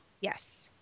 Yes